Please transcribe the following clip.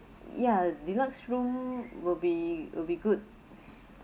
ya deluxe room will be will be good